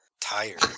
tired